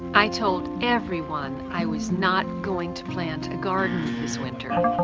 i told everyone i was not going to plant a garden this winter.